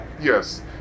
Yes